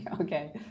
okay